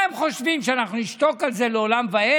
מה הם חושבים, שאנחנו נשתוק על זה לעולם ועד?